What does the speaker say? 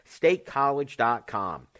StateCollege.com